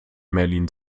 merlin